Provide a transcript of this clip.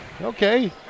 Okay